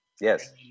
Yes